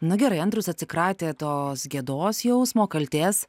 na gerai andrius atsikratė tos gėdos jausmo kaltės